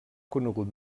conegut